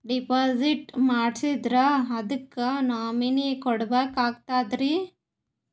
Deposit ಮಾಡ್ಸಿದ್ರ ಅದಕ್ಕ nominee ಕೊಡಬೇಕಾಗ್ತದ್ರಿ?